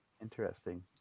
interesting